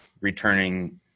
returning